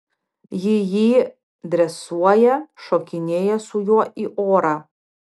ji jį dresuoja šokinėja su juo į orą